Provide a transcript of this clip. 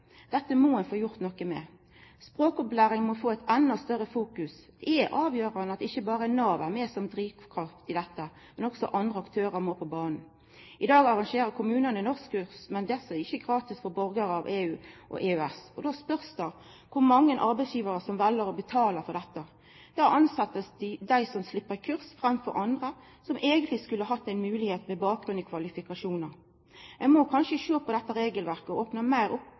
Dette må ein få gjort noko med. Språkopplæring må få eit endå større fokus. Det er avgjerande at ikkje berre Nav er med som drivkraft i dette; også andre aktørar må på bana. I dag arrangerer kommunane norskkurs, men desse er ikkje gratis for borgarar av EU og EØS, og då spørst det kor mange arbeidsgivarar som vel å betala for dette. Då tilset ein dei som slepp kurs framfor andre som eigentleg skulle hatt ei moglegheit på bakgrunn av kvalifikasjonar. Ein må kanskje sjå på dette regelverket og opna desse tilboda meir opp,